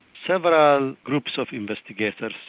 several groups of investigators,